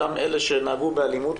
אותם אלה שנהגו באלימות,